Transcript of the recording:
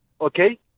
okay